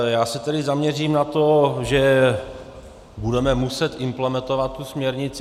Já se tedy zaměřím na to, že budeme muset implementovat tu směrnici.